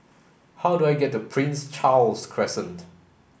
how do I get to Prince Charles Crescent